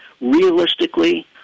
Realistically